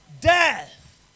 Death